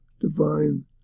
divine